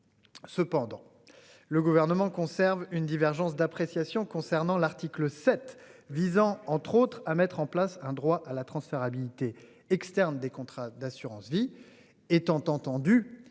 Cependant, le gouvernement conserve une divergence d'appréciation concernant l'article sept visant, entre autres, à mettre en place un droit à la transférabilité externes des contrats d'assurance-vie étant entendu